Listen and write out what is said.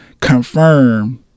confirm